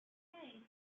hey